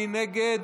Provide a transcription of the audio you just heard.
מי נגד?